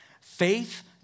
Faith